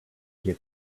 get